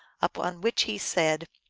upon which he said,